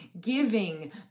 giving